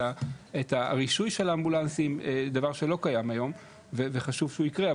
את הרישוי של האמבולנסים - דבר שלא קיים היום וחשוב שהוא יקרה.